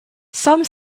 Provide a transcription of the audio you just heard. some